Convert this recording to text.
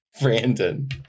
Brandon